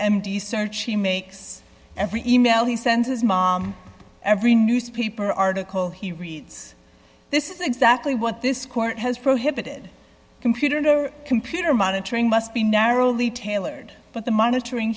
s search he makes every e mail he sends his mom every newspaper article he reads this is exactly what this court has prohibited computer computer monitoring must be narrowly tailored but the monitoring